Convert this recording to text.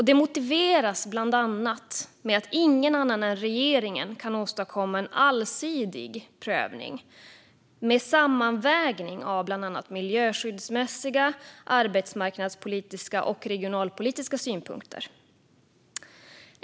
Det motiveras bland annat med att ingen annan än regeringen kan åstadkomma en allsidig prövning med en sammanvägning av bland annat miljöskyddsmässiga, arbetsmarknadspolitiska och regionalpolitiska synpunkter.